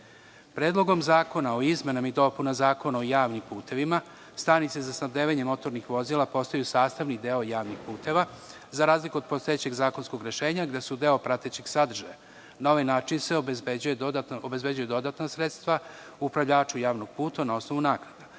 sredine. Predlogom zakona o izmenama i dopunama Zakona o javnim putevima stanice za snabdevanje motornih vozila postaju sastavni deo javnih puteva, za razliku od postojećeg rešenja, gde su deo pratećeg sadržaja. Na ovaj način se obezbeđuju dodatna sredstva upravljaču javnog puta na osnovu